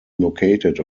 located